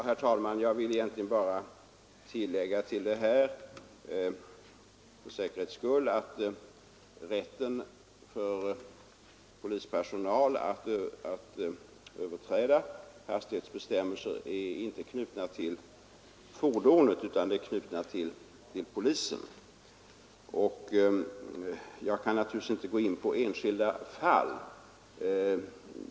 Herr talman! Jag vill egentligen bara för säkerhets skull tillägga att rätten för polispersonal att överträda hastighetsbestämmelser inte är knuten till fordonet utan att denna rätt är knuten till polisen. Jag kan naturligtvis inte här gå in på enskilda fall.